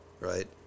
right